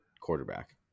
quarterback